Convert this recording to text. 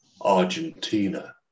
Argentina